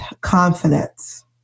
confidence